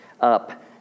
Up